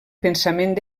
pensament